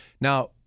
Now